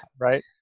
Right